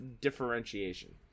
differentiation